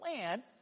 plan